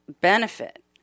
benefit